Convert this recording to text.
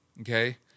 okay